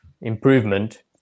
improvement